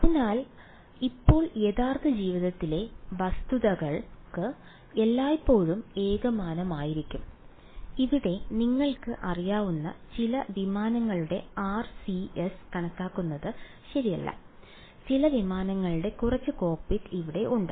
അതിനാൽ ഇപ്പോൾ യഥാർത്ഥ ജീവിതത്തിലെ വസ്തുക്കൾ എല്ലായ്പ്പോഴും ഏകതാനമായിരിക്കും ഇവിടെ നിങ്ങൾക്ക് അറിയാവുന്ന ചില വിമാനങ്ങളുടെ RCS കണക്കാക്കുന്നത് ശരിയല്ല ചില വിമാനങ്ങളാണ് കുറച്ച് കോക്ക്പിറ്റ് ഇവിടെ ഉണ്ട്